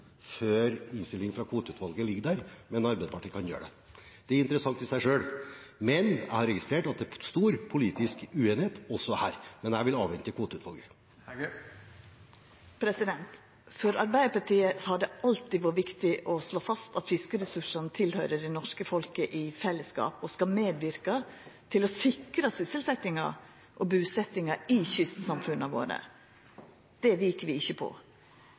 før innstillingen fra kvoteutvalget ligger der, men at Arbeiderpartiet kan gjøre det. Det er interessant i seg selv. Men: Jeg har registrert at det er stor politisk uenighet også her, men jeg vil avvente kvoteutvalget. For Arbeidarpartiet har det alltid vore viktig å slå fast at fiskeressursane tilhøyrer det norske folket i fellesskap og skal medverka til å sikra sysselsetjinga og busetjinga i kystsamfunna våre. Det vik vi ikkje på.